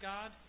God